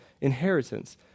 inheritance